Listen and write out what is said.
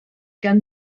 gan